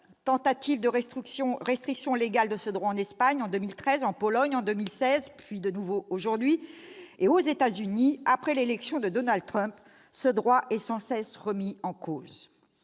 à l'interruption volontaire de grossesse en Espagne en 2013, en Pologne en 2016, puis de nouveau aujourd'hui ; aux États-Unis, après l'élection de Donald Trump, ce droit est sans cesse remis en cause.